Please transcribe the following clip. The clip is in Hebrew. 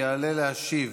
יעלה להשיב